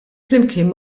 flimkien